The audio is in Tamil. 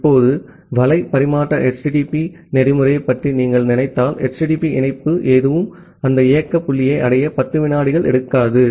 இப்போது வலை பரிமாற்ற HTTP புரோட்டோகால்யைப் பற்றி நீங்கள் நினைத்தால் HTTP இணைப்பு எதுவும் அந்த இயக்க புள்ளியை அடைய 10 வினாடிகள் எடுக்காது